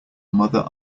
mother